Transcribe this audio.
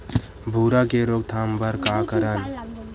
भूरा के रोकथाम बर का करन?